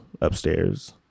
upstairs